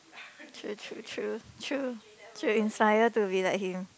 true true true true should inspire to be like him